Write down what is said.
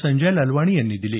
संजय ललवाणी यांनी दिली